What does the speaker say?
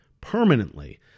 permanently